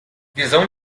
visão